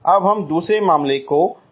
अब हम दूसरे मामले को देखते हैं